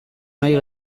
nahi